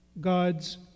God's